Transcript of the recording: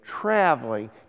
traveling